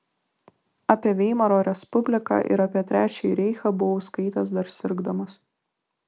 apie veimaro respubliką ir apie trečiąjį reichą buvau skaitęs dar sirgdamas